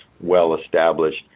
well-established